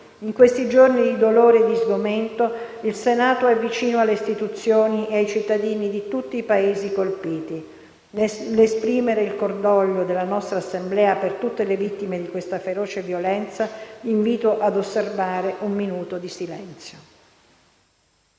In questi giorni di dolore e di sgomento, il Senato è vicino alle istituzioni e ai cittadini di tutti i Paesi colpiti. Nell'esprimere il cordoglio della nostra Assemblea per tutte le vittime di questa feroce violenza, invito ad osservare un minuto di silenzio.